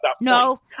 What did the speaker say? No